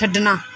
ਛੱਡਣਾ